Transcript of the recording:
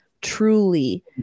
truly